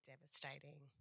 devastating